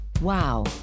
Wow